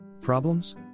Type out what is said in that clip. Problems